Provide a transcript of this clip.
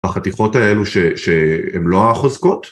החתיכות האלו שהן לא החוזקות...